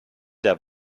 der